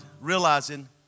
realizing